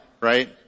right